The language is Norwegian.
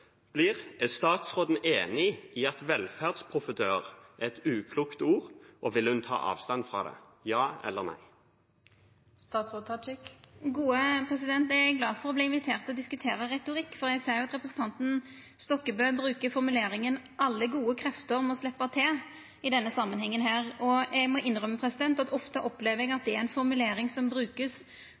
blir: Er statsråden enig i at «velferdsprofitør» er et uklokt ord, og vil hun ta avstand fra det? Ja eller nei? Eg er glad for å bli invitert til å diskutera retorikk, for eg ser jo at representanten Stokkebø i denne samanhengen bruker formuleringa at «alle gode krefter» må sleppa til. Eg må innrømma at ofte opplever eg at det er ei formulering som